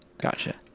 gotcha